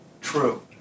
true